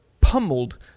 pummeled